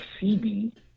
CB